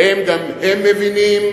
האם גם הם מבינים